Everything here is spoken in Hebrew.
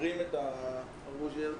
בוז'י הרצוג,